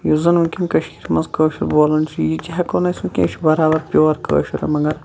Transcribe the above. یُس زَن ونکین کٔشیٖر مَنٛز کٲشُر بولان چھِ یِتہِ ہیٚکو نہٕ أسۍ ؤنِتھ کہِ یہِ چھُ بَرابَر پیٚور کٲشُر مَگَر